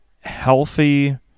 healthy